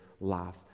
life